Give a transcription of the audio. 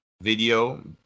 video